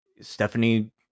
Stephanie